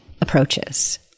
approaches